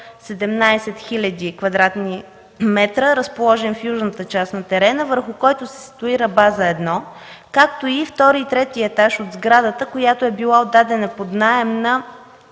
17 000 квадратни метра, разположен в южната част на терена, върху който се ситуира База 1, както и втори и трети етаж от сградата, която е била отдадена под наем на